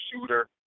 shooter